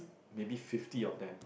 maybe fifty of them